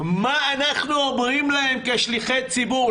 מה אנחנו אומרים להם כשליחי ציבור?